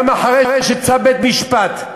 גם אחרי צו של בית-משפט.